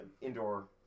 indoor